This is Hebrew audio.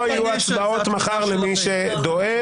לא יהיו הצבעות מחר למי שדואג.